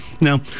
Now